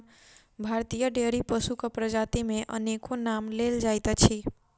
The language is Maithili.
भारतीय डेयरी पशुक प्रजाति मे अनेको नाम लेल जाइत अछि